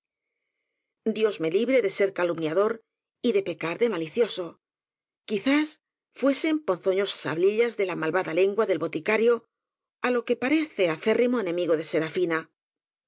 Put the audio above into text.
dios me libre de ser calumniador y de pecar de malicioso quizás fuesen ponzoñosas hablillas de la malvada lengua del boticario á lo que parece acérrimo enemigo de serafina